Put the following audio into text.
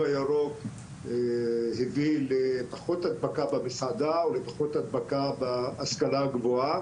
הירוק הביא לפחות הדבקה במסעדה או פחות הדבקה בהשכלה הגבוהה,